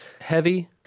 heavy